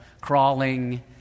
crawling